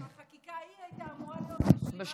זה היה אמור להיות ההפך,